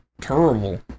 terrible